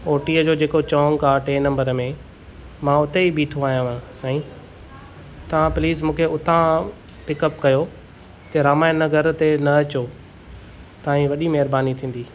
ओटीअ जो जेको चौंक आहे टे नंबर में मां उते ई बीठो आहियां साईं तव्हां प्लीज़ मूंखे उतां पिकअप कयो त रामायण नगर ते न अचो तव्हां ई वॾी महिरबानी थींदी